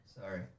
Sorry